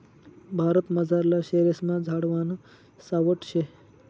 भारतमझारला शेरेस्मा झाडवान सावठं शे